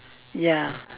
ya